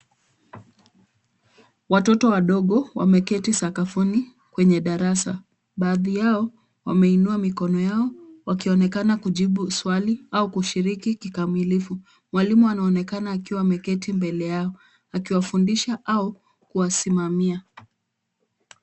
Watoto wadogo wameketi sakafuni kwenye darasa. Baadhi yao wameinua mikono yao wakionekana kujibu swali au kushiriki kikamilifu. Mwalimu anaonekana akiwa ameketi mbele yao akiwafundisha au kuwasimamia.